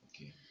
Okay